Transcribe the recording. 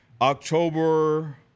October